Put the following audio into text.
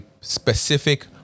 specific